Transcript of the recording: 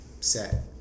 set